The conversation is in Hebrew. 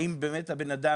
בן האדם